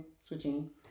switching